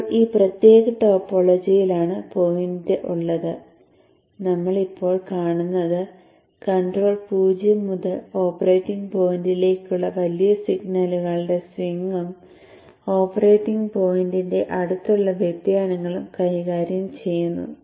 ഇപ്പോൾ ഈ പ്രത്യേക ടോപ്പോളജിയിലാണ് പോയിന്റ് ഉള്ളത് നമ്മൾ ഇപ്പോൾ കാണുന്നത് കൺട്രോളർ 0 മുതൽ ഓപ്പറേറ്റിംഗ് പോയിന്റിലേക്കുള്ള വലിയ സിഗ്നലുകളുടെ സ്വിംഗും ഓപ്പറേറ്റിംഗ് പോയിന്റിന്റെ അടുത്തുള്ള വ്യതിയാനങ്ങളും കൈകാര്യം ചെയ്യുന്നു